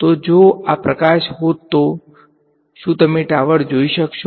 તો જો આ પ્રકાશ હોત તો શું તમે ટાવર જોઈ શકશો